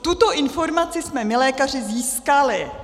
Tuto informaci jsme my lékaři získali.